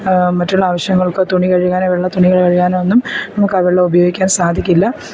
മറ്റുള്ള ആവശ്യങ്ങൾക്കോ തുണി കഴുകാനോ വെള്ള തുണി കഴുകാനോ ഒന്നും നമുക്ക് ആ വെള്ളം ഉപയോഗിക്കാൻ സാധിക്കില്ല